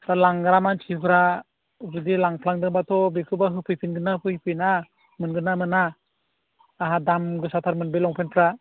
दा लांग्रा मानसिफोरा जुदि लांफ्लांदोंब्लाथ' बेखौबो होफैफिनगोन ना होफैफिना मोनगोन ना मोना आंहा दाम गोसाथारमोन बे लंपेन्टफ्रा